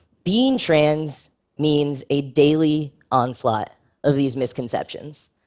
being trans means a daily onslaught of these misconceptions.